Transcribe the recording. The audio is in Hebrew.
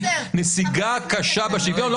נסיגה קשה בשוויון?